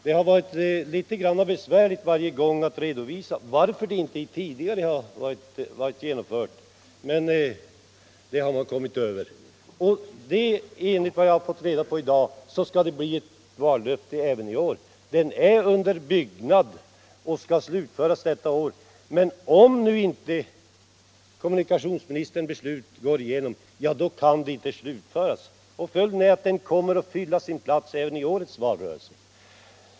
Det har varit litet besvärligt varje gång att redovisa varför det inte tidigare gjorts någonting. Men det har man kommit över. Och enligt vad jag fått reda på i dag skall den bli ett vallöfte även i år. Den är under byggnad och skall slutföras detta år, men om nu inte kommunikationsministerns förslag går igenom då kan den inte slutföras. Följden blir att den kommer att fylla sin plats även i årets valrörelse.